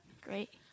Great